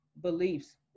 beliefs